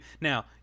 Now